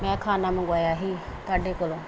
ਮੈਂ ਖਾਣਾ ਮੰਗਵਾਇਆ ਸੀ ਤੁਹਾਡੇ ਕੋਲੋਂ